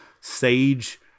sage